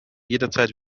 jederzeit